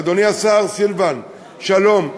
אדוני השר סילבן שלום,